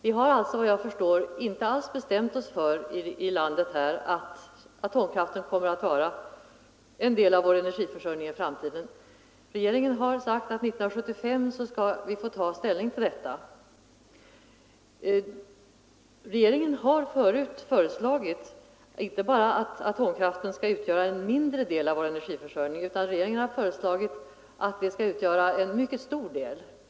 Vi har alltså enligt vad jag förstår inte bestämt oss för att atomkraften skall vara en del av vår energiförsörjning i framtiden. Regeringen har sagt att 1975 skall riksdagen få ta ställning till denna fråga. Regeringen har tidigare föreslagit inte bara att atomkraften skall utgöra en mindre del av vår energiförsörjning utan en mycket stor del.